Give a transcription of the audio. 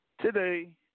today